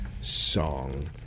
song